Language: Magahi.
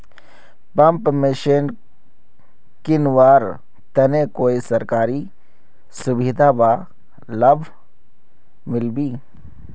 पंप मशीन किनवार तने कोई सरकारी सुविधा बा लव मिल्बी?